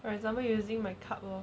for example using my cup lor